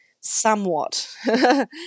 somewhat